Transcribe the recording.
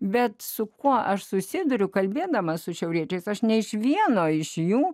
bet su kuo aš susiduriu kalbėdamas su šiauriečiais aš ne iš vieno iš jų